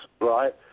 right